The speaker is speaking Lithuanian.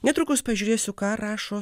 netrukus pažiūrėsiu ką rašo